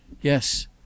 Yes